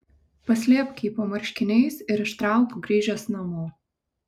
paslėpk jį po marškiniais ir ištrauk grįžęs namo